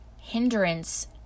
hindrance